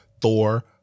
thor